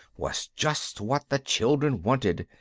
was just what the children wanted,